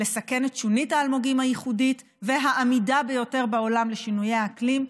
לסכן את שונית האלמוגים הייחודית והעמידה ביותר בעולם לשינויי האקלים,